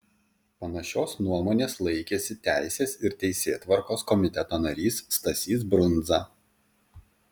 panašios nuomonės laikėsi teisės ir teisėtvarkos komiteto narys stasys brundza